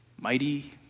mighty